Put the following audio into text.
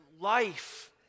life